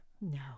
No